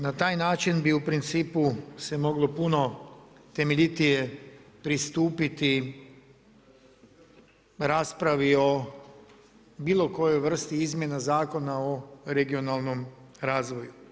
Na taj način bi u principu se moglo puno temeljitije pristupiti raspravi o bilo kojoj vrsti izmjena Zakona o regionalnom razvoju.